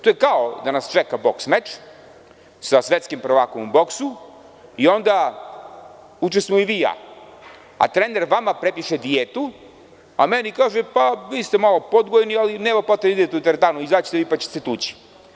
To je kao da nas čeka boks meč sa svetskim prvakom u boksu i onda učestvujemo vi i ja, a trener vam prepiše dijetu, a meni kaže – vi ste malo podgojeni i nema potrebe da idete u teretanu, izaći ćete pa ćete se tući.